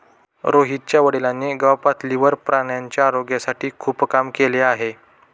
रोहितच्या वडिलांनी गावपातळीवर प्राण्यांच्या आरोग्यासाठी खूप काम केले आहे